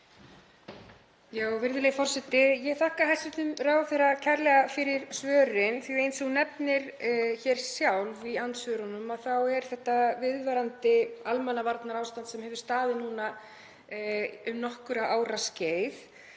Virðulegi forseti. Ég þakka hæstv. ráðherra kærlega fyrir svörin því að eins og hún nefnir hér sjálf í andsvörunum þá er þetta viðvarandi almannavarnaástand sem hefur staðið núna um nokkurra ára skeið.